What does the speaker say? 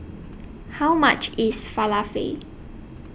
How much IS Falafel